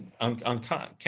on